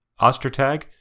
Ostertag